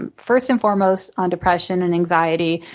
and first and foremost on depression and anxiety,